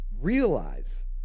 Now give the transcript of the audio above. realize